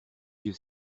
yeux